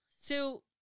So-